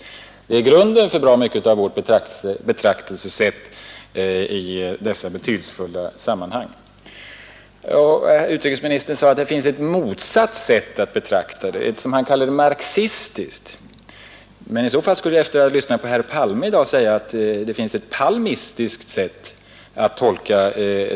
Den tanken är grunden till bra mycket av vårt betraktelsesätt i dessa betydelsefulla sammanhang. Utrikesministern sade att det finns ett motsatt sätt att betrakta frågan, som han kallade marxistiskt; att ekonomiskt beroende leder över till politiskt och militärt beroende — en sorts ”naturlag”. Det är den föreställningen han vill vända sig emot.